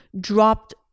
dropped